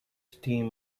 steam